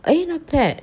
eh not bad